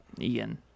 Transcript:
Ian